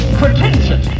pretension